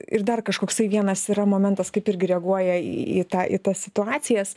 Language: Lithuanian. ir dar kažkoksai vienas yra momentas kaip irgi reaguoja į į tą į tas situacijas